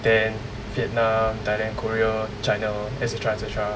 then vietnam thailand korea china etcetera etcetera